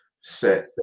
set